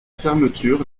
fermeture